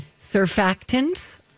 surfactants